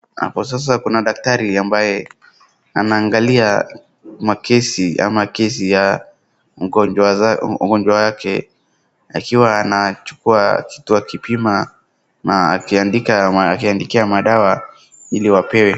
Hapo sasa kuna daktari ambaye anaangalia makesi ama kesi ya mgonjwa wake. Akiwa anachukua kitu akipima na akiandikia madawa ili wapewe.